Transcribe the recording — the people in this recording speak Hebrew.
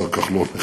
השר כחלון,